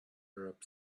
arab